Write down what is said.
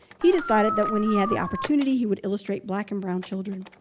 he decided that when he had the opportunity, he would illustrate black and brown children.